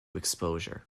exposure